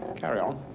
carry on.